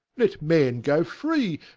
let man goe free,